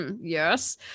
yes